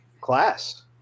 class